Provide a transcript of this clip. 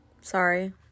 Sorry